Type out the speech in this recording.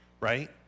right